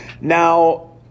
Now